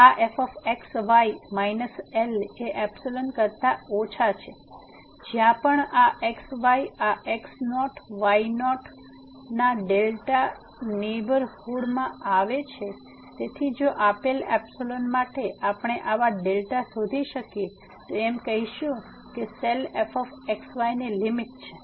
કે આ fx y minus L એ એપ્સીલોન કરતા ઓછા છે જ્યાં પણ આ x y આ x નોટ y નોટ નાં ડેલ્ટા નેહબરહુડ માં આવે છે તેથી જો આપેલ એપ્સીલોન માટે આપણે આવા ડેલ્ટા શોધી શકીએ તો અમે કહીશું કે સેલ fx y ની લીમીટ છે